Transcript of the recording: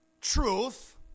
truth